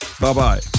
Bye-bye